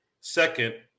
second